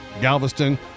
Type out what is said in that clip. Galveston